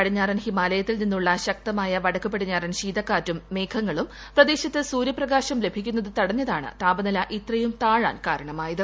പടിഞ്ഞാറൻ ഹിമാലയത്തിൽ ന്റിന്നുള്ള ശക്തമായ വടക്ക് പടിഞ്ഞാറൻ ശീതകാറ്റും മേഘങ്ങളിൽ പ്രദേശത്ത് സൂര്യപ്രകാശം ലഭിക്കുന്നത് തടഞ്ഞതാണ് ക കൃതാപ്പനില ഇത്രയും താഴാൻ കാരണമായത്